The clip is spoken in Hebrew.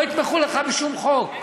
לא יתמכו לך בשום חוק.